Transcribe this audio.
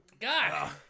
God